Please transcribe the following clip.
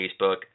Facebook